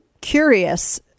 curious